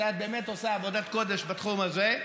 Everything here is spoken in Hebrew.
שאת באמת עושה עבודת קודש בתחום הזה,